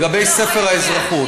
לגבי ספר האזרחות.